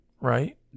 Right